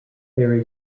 there